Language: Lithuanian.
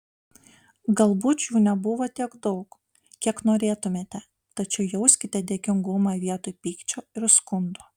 galbūt jų nebuvo tiek daug kiek norėtumėte tačiau jauskite dėkingumą vietoj pykčio ir skundų